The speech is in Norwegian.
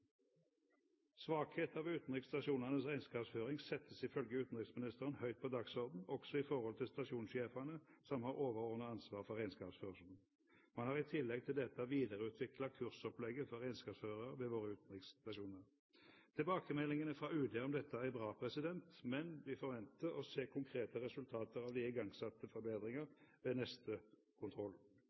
ved utenriksstasjonenes regnskapsføring settes ifølge utenriksministeren høyt på dagsordenen, også i forhold til stasjonssjefene, som har et overordnet ansvar for regnskapsførselen. Man har i tillegg til dette videreutviklet kursopplegget for regnskapsførere ved våre utenriksstasjoner. Tilbakemeldingene fra UD om dette er bra, men vi forventer å se konkrete resultater av de igangsatte forbedringer ved neste kontroll.